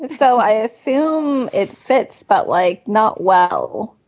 and so i assume it fits. but like not well.